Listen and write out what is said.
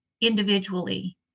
individually